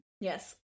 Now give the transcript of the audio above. Yes